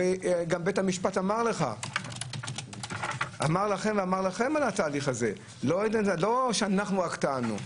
הרי גם בית המשפט אמר לכם על התהליך הזה לא שאנחנו רק טענו.